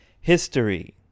History